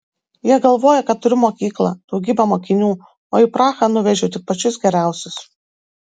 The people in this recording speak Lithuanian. jie galvoja kad turiu mokyklą daugybę mokinių o į prahą nuvežiau tik pačius geriausius